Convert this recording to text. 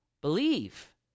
believe